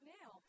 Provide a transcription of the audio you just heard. now